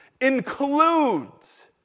includes